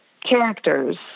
characters